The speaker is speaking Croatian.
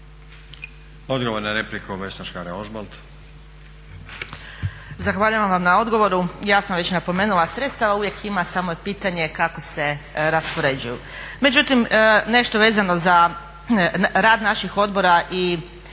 Odgovor na repliku, Vesna Škare Ožbolt.